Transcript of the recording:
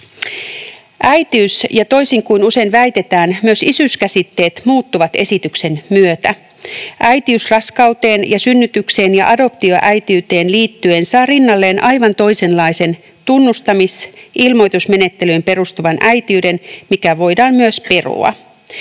Äitiys- ja — toisin kuin usein väitetään — myös isyys-käsitteet muuttuvat esityksen myötä. Äitiys raskauteen ja synnytykseen ja adoptioäitiyteen liittyen saa rinnalleen aivan toisenlaisen tunnustamis-, ilmoitusmenettelyyn perustuvan äitiyden, mikä voidaan myös perua.